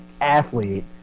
athlete